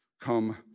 come